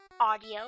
audio